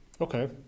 Okay